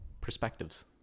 perspectives